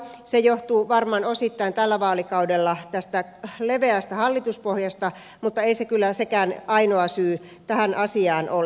se johtuu varmaan osittain tällä vaalikaudella tästä leveästä hallituspohjasta mutta ei sekään kyllä ainoa syy tähän asiaan ole